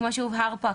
כמו שהובהר פה,